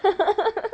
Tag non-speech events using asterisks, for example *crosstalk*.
*laughs*